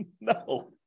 No